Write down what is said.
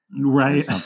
right